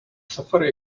safari